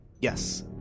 Yes